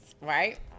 right